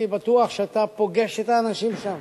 אני בטוח שאתה פוגש את האנשים שם,